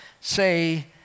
say